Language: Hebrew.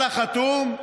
על החתום: